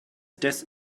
death